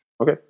Okay